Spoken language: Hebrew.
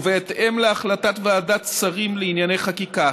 ובהתאם להחלטת ועדת שרים לענייני חקיקה,